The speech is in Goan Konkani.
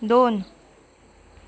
दोन